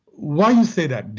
why you say that?